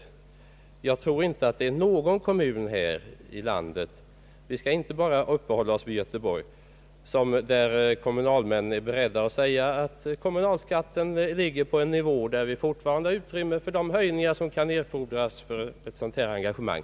Jag tror inte att det finns någon kommun här i landet — vi skall inte bara uppehålla oss vid Göteborg — där kommunalmännen är beredda att säga, att kommunalskatten ligger på en nivå där det fortfarande finns utrymme för de höjningar som kan erfordras i ett sådant här engagemang.